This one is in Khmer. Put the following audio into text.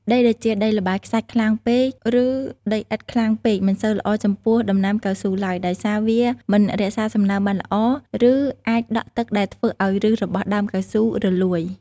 ដីដែលជាដីល្បាយខ្សាច់ខ្លាំងពេក ឬដីឥដ្ឋខ្លាំងពេក មិនសូវល្អចំពោះដំណាំកៅស៊ូឡើយ ដោយសារវាអាចមិនរក្សាសំណើមបានល្អ ឬអាចដក់ទឹកដែលធ្វើឱ្យឫសរបស់ដើមកៅស៊ូរលួយ។